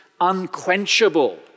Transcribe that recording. unquenchable